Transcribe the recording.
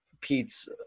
Pete's